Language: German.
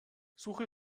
suche